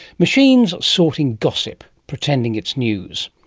machine sorting gossip, pretending it's news.